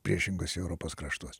priešingose europos kraštuos